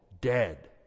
dead